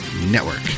network